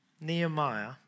Nehemiah